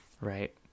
right